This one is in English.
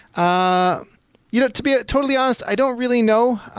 um you know to be totally honest, i don't really know.